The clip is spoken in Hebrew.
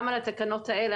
גם התקנות האלה,